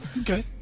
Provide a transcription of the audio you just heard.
okay